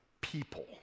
people